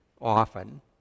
often